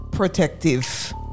protective